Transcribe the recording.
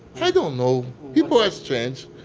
i don't know. people are strange